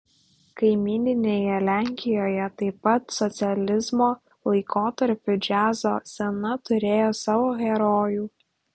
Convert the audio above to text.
kaimyninėje lenkijoje taip pat socializmo laikotarpiu džiazo scena turėjo savo herojų